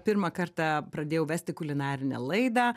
pirmą kartą pradėjau vesti kulinarinę laidą